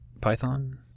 Python